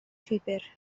llwybr